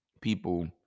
People